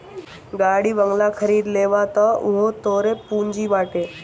गाड़ी बंगला खरीद लेबअ तअ उहो तोहरे पूंजी बाटे